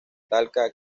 talca